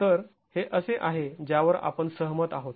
तर हे असे आहे ज्यावर आपण सहमत आहोत